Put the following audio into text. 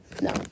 No